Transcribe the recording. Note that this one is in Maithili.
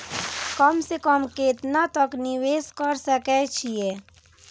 कम से कम केतना तक निवेश कर सके छी ए?